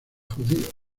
judíos